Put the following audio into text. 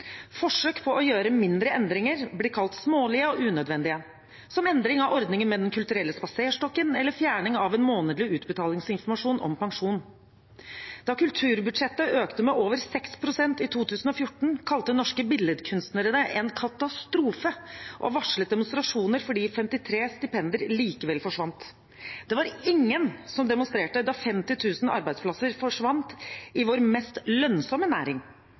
Forsøk på å gjøre mindre endringer blir kalt smålige og unødvendige – som endring av ordningen med Den kulturelle spaserstokken eller fjerning av en månedlig utbetalingsinformasjon om pensjon. Da kulturbudsjettet økte med over 6 pst. i 2014, kalte Norske Billedkunstnere det en katastrofe og varslet demonstrasjoner fordi 53 stipender likevel forsvant. Det var ingen som demonstrerte da 50 000 arbeidsplasser forsvant i vår mest lønnsomme næring.